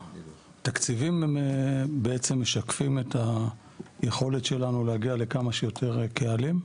התקציבים הם בעצם משקפים את היכולת שלנו להגיע לכמה שיותר קהלים.